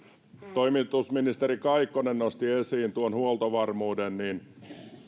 toimitusministeri kaikkonen nosti esiin huoltovarmuuden niin